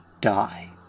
die